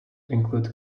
include